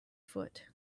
foot